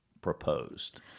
proposed